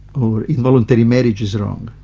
or involuntary marriage is wrong,